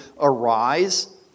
Arise